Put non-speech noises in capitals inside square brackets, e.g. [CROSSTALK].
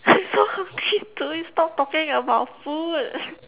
[LAUGHS] so hungry should we stop talking about food